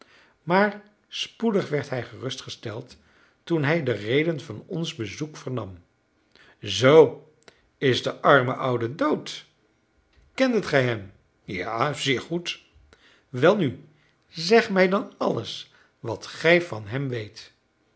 maar spoedig werd hij gerustgesteld toen hij de reden van ons bezoek vernam zoo is de arme oude dood kendet gij hem ja zeer goed welnu zeg mij dan alles wat gij van hem weet